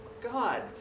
God